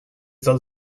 del